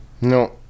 No